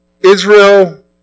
Israel